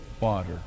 water